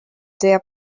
their